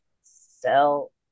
Sell